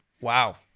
Wow